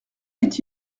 est